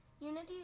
unity